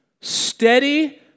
steady